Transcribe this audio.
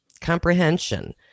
comprehension